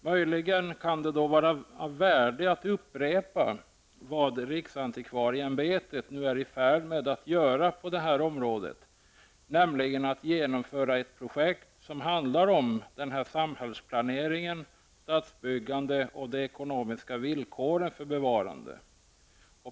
Möjligen kan det vara av värde att upprepa vad riksantikvarieämbetet nu är i färd med att göra på detta område, nämligen att genomföra ett projekt som handlar om samhällsplanering, stadsbyggande och de ekonomiska villkoren för bevarande.